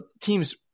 team's